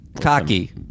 cocky